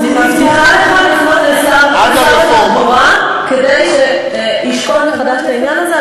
אני מציעה לך לפנות לשר התחבורה כדי שישקול מחדש את העניין הזה.